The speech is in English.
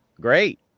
Great